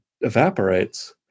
evaporates